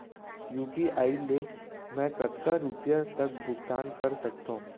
UPI ले मैं कतका रुपिया तक भुगतान कर सकथों